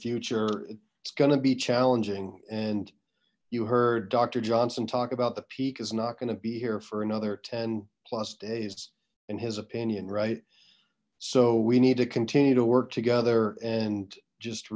future it's gonna be challenging and you heard doctor johnson talk about the peak is not going to be here for another ten plus days in his opinion right so we need to continue to work together and just